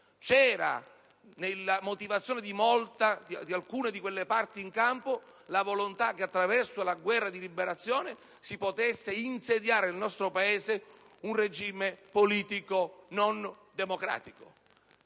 era nella motivazione di alcune di quelle parti in campo la volontà che attraverso la guerra di liberazione si potesse insediare nel nostro Paese un regime politico non democratico.